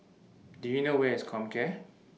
Do YOU know Where IS Comcare